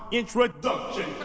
introduction